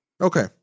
okay